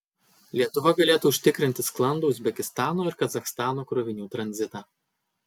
lietuva galėtų užtikrinti sklandų uzbekistano ir kazachstano krovinių tranzitą